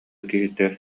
киһитэ